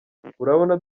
urabona